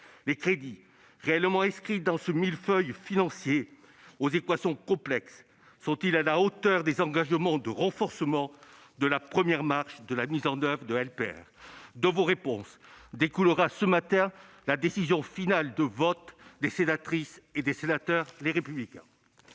les crédits réellement inscrits dans ce millefeuille financier, aux équations complexes, sont-ils à la hauteur des engagements de renforcement de la première marche de mise en oeuvre de la LPR ? De vos réponses découlera la décision finale de vote des sénatrices et des sénateurs du groupe Les Républicains.